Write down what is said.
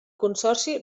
consorci